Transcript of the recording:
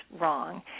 wrong